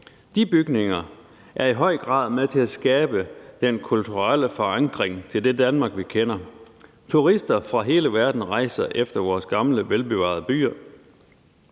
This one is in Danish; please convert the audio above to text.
De bygninger er i høj grad med til at skabe den kulturelle forankring til det Danmark, vi kender. Turister fra hele verden rejser efter vores gamle, velbevarede byer,